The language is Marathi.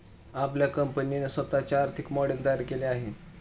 आपल्या कंपनीने स्वतःचे आर्थिक मॉडेल तयार केले आहे का?